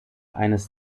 eines